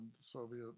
Soviet